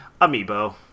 Amiibo